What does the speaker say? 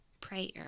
Prayer